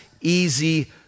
easy